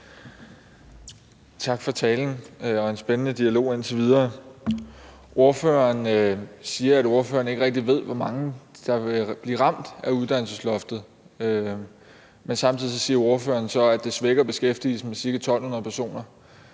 Tak for talen og for en spændende dialog indtil videre. Ordføreren siger, at ordføreren ikke rigtig ved, hvor mange der vil blive ramt af uddannelsesloftet. Men samtidig siger ordføreren så, at det svækker beskæftigelsen med ca. 1.200 personer.